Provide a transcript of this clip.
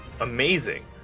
amazing